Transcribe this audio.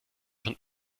schon